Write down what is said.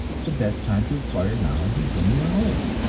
the best time to acquire knowledge is when you are old.